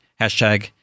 hashtag